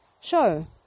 show